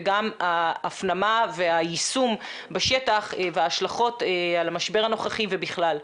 וגם ההפנמה והיישום בשטח וההשלכות על המשבר הנוכחי ובכלל.